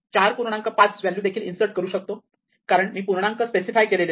5 value देखील insert करू शकतो कारण मी पूर्णांक स्पेसिफाय केलेले नाहीत